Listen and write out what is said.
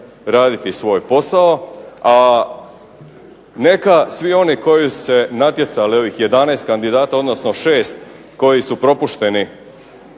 raditi svoj posao a neka svi oni koji su se natjecali, ovih 11 kandidata, odnosno šest koji su propušteni